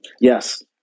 Yes